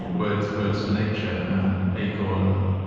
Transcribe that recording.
ah words words for nature um acorn,